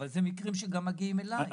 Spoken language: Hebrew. אבל אלה מקרים שגם מגיעים אלי.